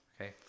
okay